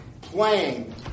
playing